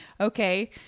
Okay